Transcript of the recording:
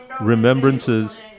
remembrances